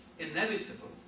Inevitable